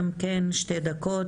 גם כן שתי דקות,